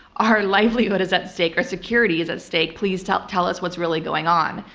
our livelihood is at stake. our security is at stake. please tell tell us what's really going on.